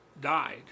died